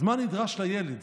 אז מה נדרש לילד